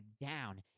down